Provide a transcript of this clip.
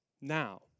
now